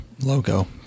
logo